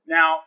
Now